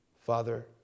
Father